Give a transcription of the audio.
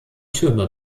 türme